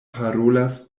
parolas